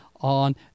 on